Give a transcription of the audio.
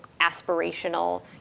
aspirational